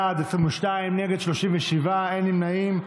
בעד, 22, נגד, 37, אין נמנעים.